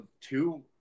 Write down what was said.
two